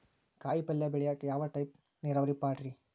ಕಾಯಿಪಲ್ಯ ಬೆಳಿಯಾಕ ಯಾವ ಟೈಪ್ ನೇರಾವರಿ ಪಾಡ್ರೇ?